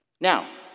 Now